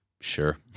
sure